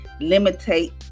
limitate